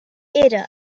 era